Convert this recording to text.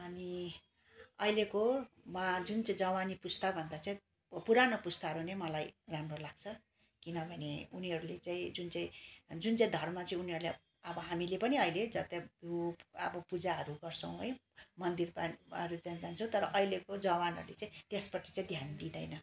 अनि अहिलेको मा जुन चाहिँ जवानी पुस्ता भन्दा चाहिँ पुरानो पुस्ताहरू नै मलाई राम्रो लाग्छ किनभने उनीहरूले चाहिँ जुन चाहिँ जुन चाहिँ धर्म चाहिँ उनीहरूलाई अब हामीले पनि अहिले पु अब पूजाहरू गर्छौँ है मन्दिर त्यहाँ जान्छौँ तर अहिलेको जवानहरू चाहिँ त्यसपटि चाहिँ ध्यान दिँदैन